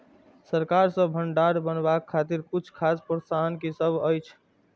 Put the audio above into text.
सरकार सँ भण्डार बनेवाक खातिर किछ खास प्रोत्साहन कि सब अइछ?